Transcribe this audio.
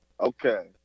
Okay